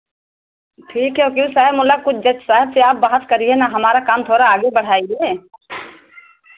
ठीक है वकील साहब मतलब कुछ जज साहब से आप बहस करिए ना हमारा काम थोड़ा आगे बढ़ाइए